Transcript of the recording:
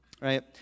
right